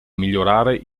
migliorare